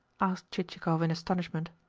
asked chichikov in astonishment.